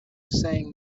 saying